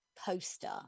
poster